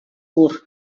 pur